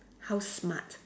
how smart